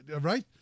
Right